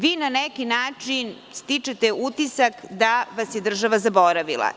Vi na neki način stičete utisak da vas je država zaboravila.